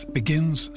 begins